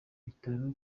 bitaro